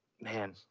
man